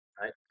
right